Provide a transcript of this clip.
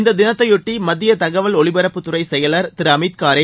இந்த தினத்தையொட்டி மத்திய தகவல் ஒலிபரப்புத்துறை செயலர் திரு அமித் காரே